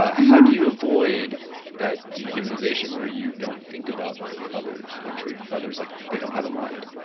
ah how do you avoid that dehumanization where you don't think about others and treat others like they don't have a mind?